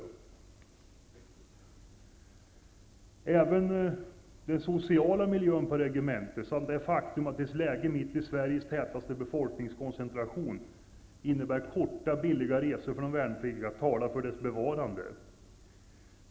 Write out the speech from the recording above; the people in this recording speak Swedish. Såväl den sociala miljön på regementet som det faktum att dess läge mitt i Sveriges tätaste befolkningskoncentration gör att det blir korta billiga resor för de värnpliktiga är någonting som talar för dess bevarande.